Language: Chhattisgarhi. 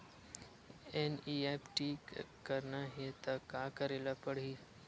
एन.ई.एफ.टी करना हे त का करे ल पड़हि?